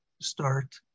start